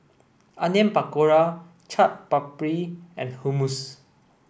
Onion Pakora Chaat Papri and Hummus